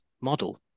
model